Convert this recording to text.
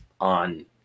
on